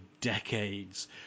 decades